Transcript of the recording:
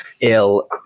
ill